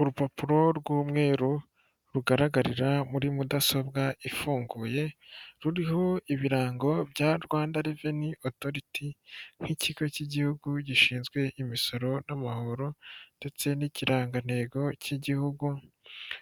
Urupapuro rw'umweru rugaragarira muri mudasobwa ifunguye ruriho ibirango bya Rwanda reveni otoriti nk'ikigo cy'igihugu gishinzwe imisoro n'amahoro ndetse n'ikirangantego cy'igihugu